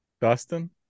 Dustin